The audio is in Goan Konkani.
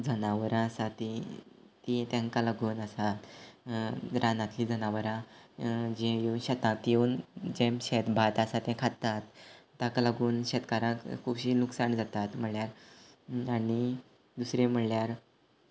जनावरां आसा तीं तीं तेंकां लागून आसा रानांतलीं जनावरां जीं शेतांत येवून जें शेत भात आसा तें खातात ताका लागून शेतकाराक खुबशीं लुकसाण जातात म्हणल्यार आनी दुसरें म्हणल्यार